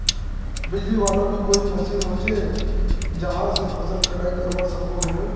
बिजली वाला भी कोई मशीन होचे जहा से फसल कटाई करवा सकोहो होबे?